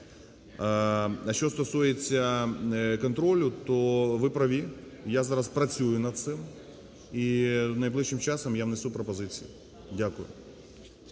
А що стосується контролю, то ви праві, я зараз працюю над цим і найближчим часом я внесу пропозиції. Дякую.